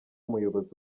umuyobozi